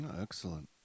excellent